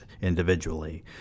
individually